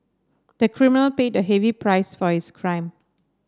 the criminal paid a heavy price for his crime